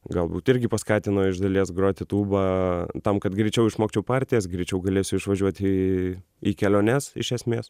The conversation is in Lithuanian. galbūt irgi paskatino iš dalies groti tūba tam kad greičiau išmokčiau partijas greičiau galėsiu išvažiuoti į keliones iš esmės